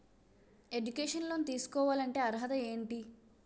Educational loan తీసుకోవాలంటే అర్హత ఏంటి?